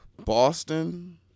Boston